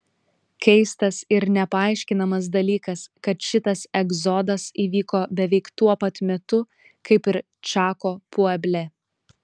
keistas ir nepaaiškinamas dalykas kad šitas egzodas įvyko beveik tuo pat metu kaip ir čako pueble